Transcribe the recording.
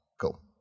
cool